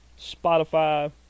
spotify